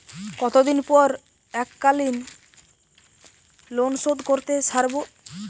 কতদিন পর এককালিন লোনশোধ করতে সারব?